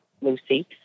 Lucy